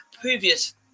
previous